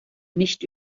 nicht